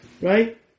right